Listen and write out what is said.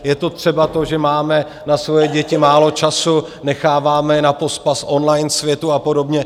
Je to třeba to, že máme na svoje děti málo času, necháváme je napospas online světu a podobně.